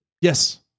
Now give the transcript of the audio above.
Yes